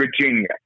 Virginia